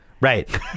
right